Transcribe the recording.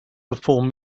perform